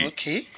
Okay